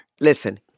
Listen